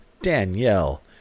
Danielle